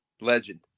Legend